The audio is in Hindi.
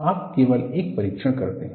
आप केवल एक परीक्षण करते हैं